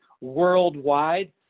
worldwide